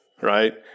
right